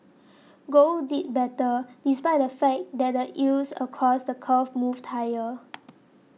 gold did better despite the fact that the yields across the curve moved higher